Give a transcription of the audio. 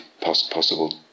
possible